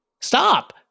Stop